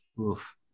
Oof